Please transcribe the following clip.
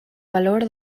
valor